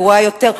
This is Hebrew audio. גרועה יותר,